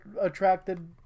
attracted